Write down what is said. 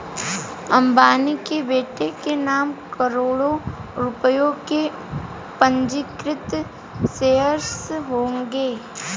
अंबानी के बेटे के नाम करोड़ों रुपए के पंजीकृत शेयर्स होंगे